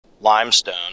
limestone